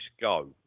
go